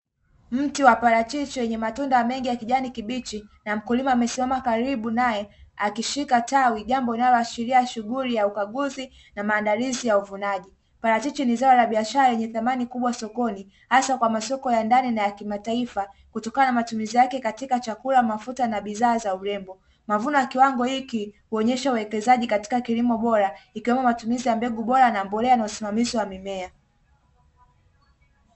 Mti wa parachichi wenye matunda mengi ya kijani kibichi na wakulima wamesimama karibu nae akishika tawi jambo linaloashiria shughuli ya ukaguzi na maandalizi ya uvunaji parachichi ni zao la biashara lenye thamani kubwa sokoni asa kwa masoko ya ndani ya kimataifa kutokana na matumizi yake katika chakula, mafuta na bidhaa za urembo mavuno yakiwango hiki huonyesha uwekezaji katika kilimo bora ikiwemo mazingira ya mbegu bora na mbolea na usimamizi wa mimea.